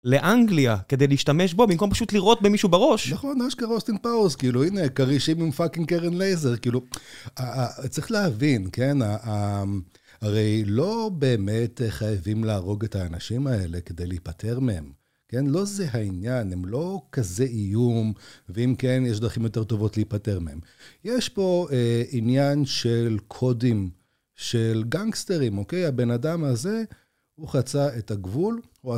לאנגליה, כדי להשתמש בו, במקום פשוט לירות במישהו בראש? נכון, אשכרה אוסטין פאוורס, כאילו, הנה, כרישים עם פאקינג קרן לייזר, כאילו... צריך להבין, כן? הרי לא באמת חייבים להרוג את האנשים האלה כדי להיפטר מהם, כן? לא זה העניין, הם לא כזה איום, ואם כן, יש דרכים יותר טובות להיפטר מהם. יש פה עניין של קודים, של גנגסטרים, אוקיי? הבן אדם הזה, הוא חצה את הגבול,